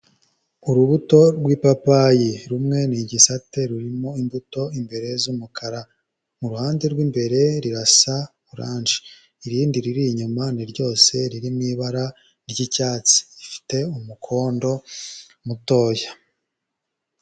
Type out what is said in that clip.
Urubuto rw'ipapayi rumwe n'igisate rurimo imbuto imbere z'umukara, mu ruhande rw'imbere rirasa oranje, irindi riri inyuma ni ryose riri mu ibara ry'icyatsi rifite umukondo mutoya.